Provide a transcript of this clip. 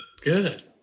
good